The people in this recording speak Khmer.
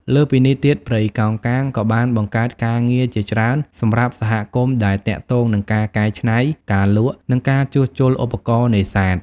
លើសពីនេះទៀត ព្រៃកោងកាងក៏បានបង្កើតការងារជាច្រើនសម្រាប់សហគមន៍ដែលទាក់ទងនឹងការកែច្នៃ ការលក់ និងការជួសជុលឧបករណ៍នេសាទ។